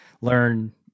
learn